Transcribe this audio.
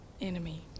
enemy